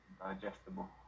digestible